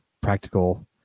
practical